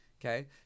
Okay